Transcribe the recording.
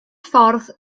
ffordd